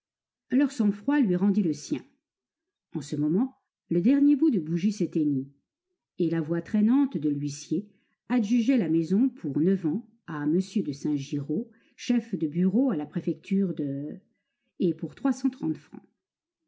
leur sang-froid lui rendit le sien en ce moment le dernier bout de bougie s'éteignit et la voix traînante de l'huissier adjugeait la maison pour neuf ans à m de saint giraud chef de bureau à la préfecture de et pour trois cent trente francs